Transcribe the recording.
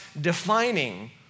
defining